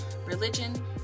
religion